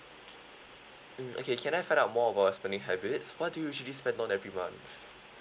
mm okay can I find out more about your spending habits what do you usually spend on every month